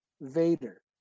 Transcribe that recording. Vader